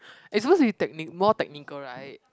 it's supposed to be technique more technical right